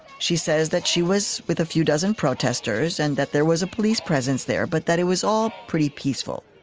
she says that she was with a few dozen protesters and that there was a police presence there, but that it was all pretty peaceful.